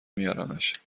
میارمش